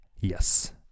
Yes